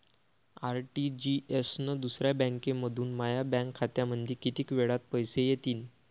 RTGS न दुसऱ्या बँकेमंधून माया बँक खात्यामंधी कितीक वेळातं पैसे येतीनं?